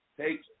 take